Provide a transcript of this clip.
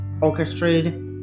orchestrated